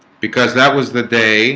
because that was the day